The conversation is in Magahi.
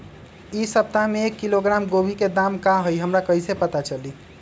इ सप्ताह में एक किलोग्राम गोभी के दाम का हई हमरा कईसे पता चली?